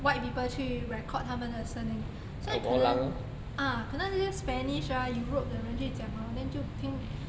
white people 去 record 他们的声音所以可能 ah 可能这些 spanish ah europe 的人去讲 hor then 就听